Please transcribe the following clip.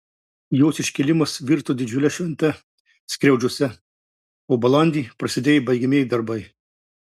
jos iškėlimas virto didžiule švente skriaudžiuose o balandį prasidėjo baigiamieji darbai